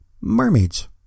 Mermaids